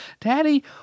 Daddy